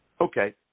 Okay